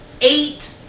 Eight